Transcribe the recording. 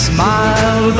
Smile